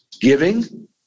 giving